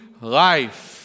life